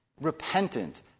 repentant